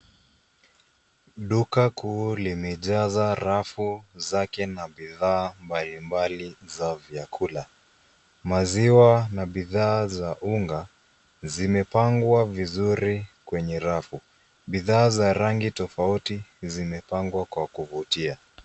Duka kuu limejaza rafu zake na bidhaa mbalimbali za vyakula. Maziwa na bidhaa za unga zimepangwa vizuri kwenye rafu. Bidhaa za rangi tofauti zimepangwa kwa kuvutia.